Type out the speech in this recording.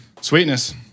Sweetness